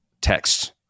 texts